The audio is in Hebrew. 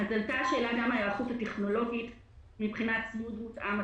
עלתה שאלה גם על ההיערכות הטכנולוגית מבחינת ציוד מותאם,